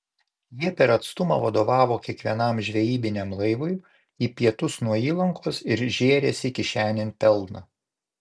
jie per atstumą vadovavo kiekvienam žvejybiniam laivui į pietus nuo įlankos ir žėrėsi kišenėn pelną